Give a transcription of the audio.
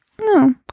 No